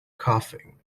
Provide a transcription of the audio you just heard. coughing